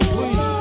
Please